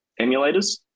emulators